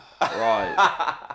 Right